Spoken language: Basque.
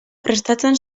prestatzen